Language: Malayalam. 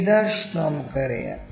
p' നമുക്കറിയാം